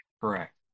Correct